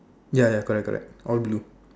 ya ya correct correct all blue